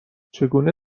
چگونه